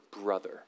brother